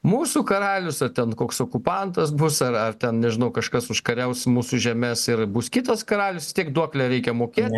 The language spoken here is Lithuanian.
mūsų karalius a ten koks okupantas bus ar ar ten nežinau kažkas užkariaus mūsų žemes ir bus kitas karalius vistiek duoklę reikia mokėti